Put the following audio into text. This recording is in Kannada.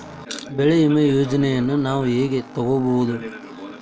ಬೆಳಿ ವಿಮೆ ಯೋಜನೆನ ನಾವ್ ಹೆಂಗ್ ತೊಗೊಬೋದ್?